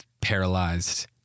paralyzed